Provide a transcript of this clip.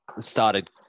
started